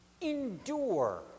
endure